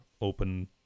open